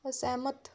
ਅਸਹਿਮਤ